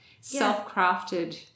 Self-crafted